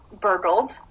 burgled